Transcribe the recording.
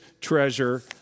treasure